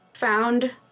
Found